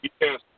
Yes